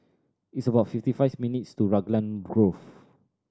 it's about fifty fives minutes to Raglan Grove